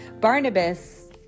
Barnabas